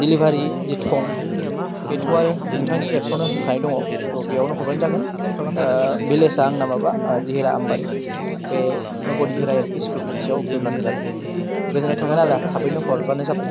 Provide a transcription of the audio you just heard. delivery जे थं बेथ' आरो नोंथांनि एप्सआवनो होखानाय दङ थ' बेयावनो हरबानो जागोन भिलेजआ आंना माबा दिहिरा आमबारि बे नभ' दिहिरा एलपि स्कुल खाथियाव फैब्लानो जागोन गोजोन्नाय थागोन आदा थाबैनो हरबानो जाबाय